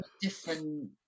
different